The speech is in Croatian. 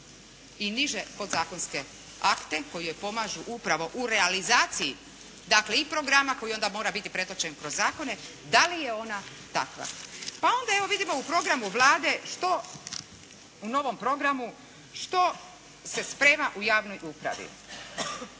i niže podzakonske akte koji joj pomažu upravu u realizaciji dakle i programa koji onda mora biti pretočen kroz zakone, da li je ona takva. Pa onda evo vidimo u programu Vlade što, u novom programu, što se sprema u javnoj upravi.